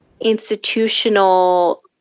institutional